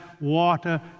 water